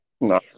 No